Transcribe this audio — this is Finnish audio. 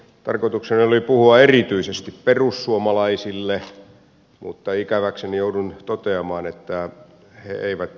tarkoitukseni oli puhua erityisesti perussuomalaisille mutta ikäväkseni joudun toteamaan että he eivät